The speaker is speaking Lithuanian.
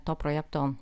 to projekto